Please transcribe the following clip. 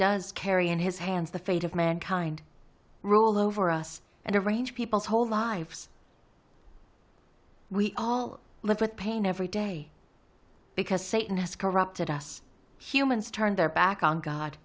does carry in his hands the fate of mankind rule over us and arrange people's whole lives we all live with pain every day because satan has corrupted us humans turned their back on god